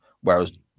Whereas